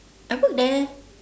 I work there